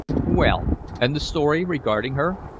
well and the story regarding her?